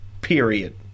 Period